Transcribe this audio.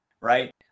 right